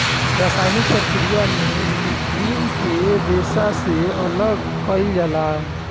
रासायनिक प्रक्रिया में लीग्रीन के रेशा से अलग कईल जाला